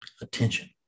Attention